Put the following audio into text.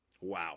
Wow